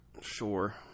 sure